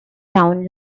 town